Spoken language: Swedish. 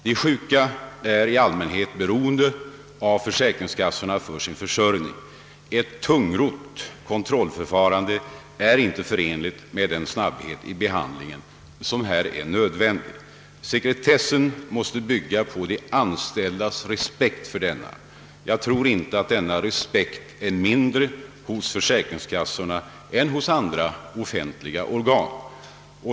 De sjuka är i allmänhet beroende av försäkringskassorna för sin försörjning. Ett tungrott kontrollförfarande är inte förenligt med den snabbhet i behandlingen av ärendena som är nödvändig. Sekretessen måste byggas på de anställdas respekt för denna. Jag tror inte att denna respekt är mindre hos försäkringskassorna än hos andra offent liga organ.